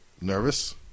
nervous